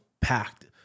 packed